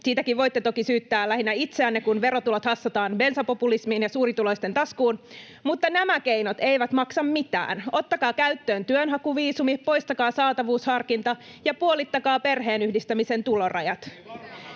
Siitäkin voitte toki syyttää lähinnä itseänne, kun verotulot hassataan bensapopulismiin ja suurituloisten taskuun. Mutta nämä keinot eivät maksa mitään: ottakaa käyttöön työnhakuviisumi, poistakaa saatavuusharkinta ja puolittakaa perheenyhdistämisen tulorajat.